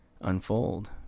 unfold